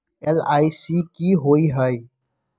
LIC की होअ हई?